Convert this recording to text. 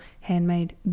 handmade